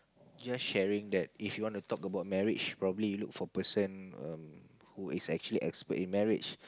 just sharing that if you want to talk about marriage probably you look for person um who is actually expert in marriage